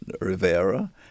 Rivera